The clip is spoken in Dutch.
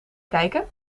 kijken